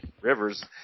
Rivers